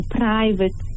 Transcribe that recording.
private